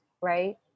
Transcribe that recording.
Right